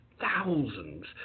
thousands